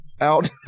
out